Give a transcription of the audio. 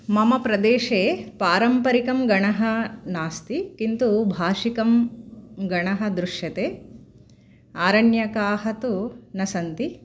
मम प्रदेशे पारम्परिकगणः नास्ति किन्तु भाषिकगणः दृश्यते आरण्यकाः तु न सन्ति